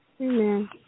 Amen